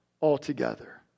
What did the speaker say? altogether